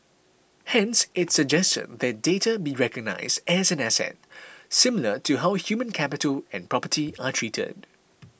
hence it suggested that data be recognised as an asset similar to how human capital and property are treated